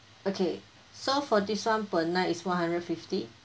okay so for this one per night is one hundred fifty